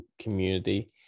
community